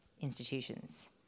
institutions